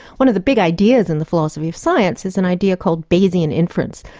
one of the big ideas in the philosophy of science is an idea called bayesian inference,